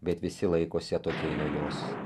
bet visi laikosi atokiai nuo jos